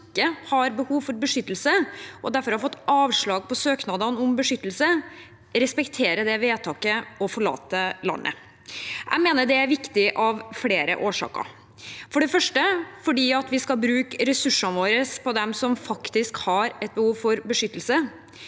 de ikke har behov for beskyttelse og derfor har gitt avslag på søknad om beskyttelse, respekterer det vedtaket og forlater landet. Jeg mener det er viktig av flere årsaker: for det første fordi vi skal bruke ressursene våre på dem som faktisk har et behov for beskyttelse,